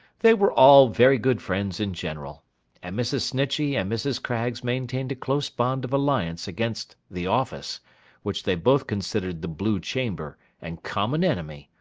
they were all very good friends in general and mrs. snitchey and mrs. craggs maintained a close bond of alliance against the office which they both considered the blue chamber, and common enemy,